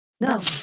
No